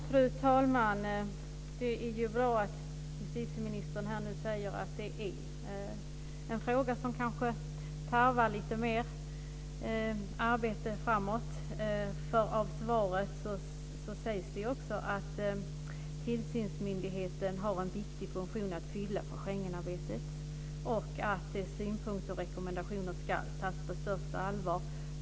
Fru talman! Det är bra att justitieministern säger att det här är en fråga som tarvar lite mer arbete framöver. I svaret sades att tillsynsmyndigheten har en viktig funktion att fylla för Schengenarbetet och att synpunkter och rekommendationer ska tas på största allvar.